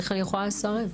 איך אני יכולה לסרב?